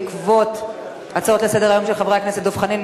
בעקבות הצעות לסדר-היום של חברי הכנסת דב חנין,